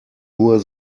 nur